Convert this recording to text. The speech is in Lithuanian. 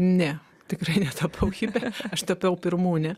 ne tikrai netapau hipe aš tapiau pirmūnė